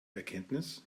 erkenntnis